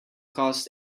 cost